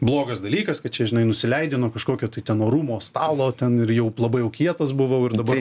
blogas dalykas kad čia žinai nusileidi nuo kažkokio tai ten orumo stalo ten ir jau labai jau kietas buvau ir dabar